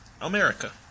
America